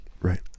right